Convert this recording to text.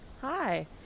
Hi